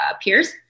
peers